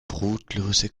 brotlose